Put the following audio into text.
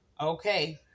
okay